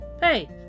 Hey